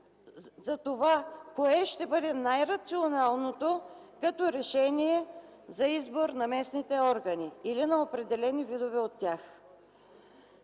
за това кое ще бъде най-рационалното като решение за избор на местните органи или на определени видове от тях.